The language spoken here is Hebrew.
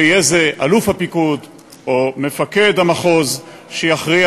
ויהא זה אלוף הפיקוד או מפקד המחוז שיכריע